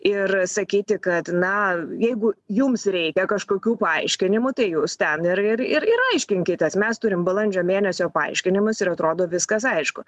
ir sakyti kad na jeigu jums reikia kažkokių paaiškinimų tai jūs ten ir ir ir ir aiškinkitės mes turim balandžio mėnesio paaiškinimus ir atrodo viskas aišku